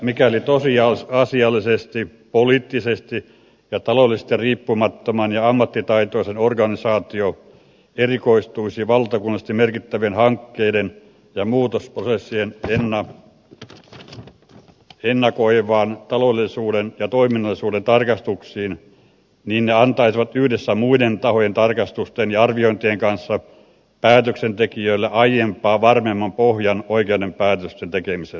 mikäli tosiasiallisesti poliittisesti ja taloudellisesti riippumaton ja ammattitaitoinen organisaatio erikoistuisi valtakunnallisesti merkittävien hankkeiden ja muutosprosessien ennakoiviin taloudellisuuden ja toiminnallisuuden tarkastuksiin niin ne antaisivat yhdessä muiden tahojen tarkastusten ja arviointien kanssa päätöksentekijöille aiempaa varmemman pohjan oikeiden päätösten tekemiselle